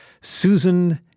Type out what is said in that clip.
Susan